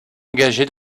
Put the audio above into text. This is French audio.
engagé